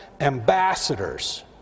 ambassadors